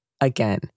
Again